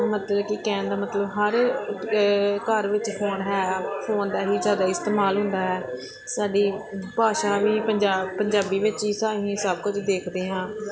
ਮਤਲਬ ਕਿ ਕਹਿਣ ਦਾ ਮਤਲਬ ਹਰ ਘਰ ਵਿੱਚ ਫੋਨ ਹੈ ਫੋਨ ਦਾ ਹੀ ਜ਼ਿਆਦਾ ਇਸਤੇਮਾਲ ਹੁੰਦਾ ਹੈ ਸਾਡੀ ਭਾਸ਼ਾ ਵੀ ਪੰਜਾਬੀ ਪੰਜਾਬੀ ਵਿੱਚ ਹੀ ਸਾ ਅਸੀਂ ਸਭ ਕੁਝ ਦੇਖਦੇ ਹਾਂ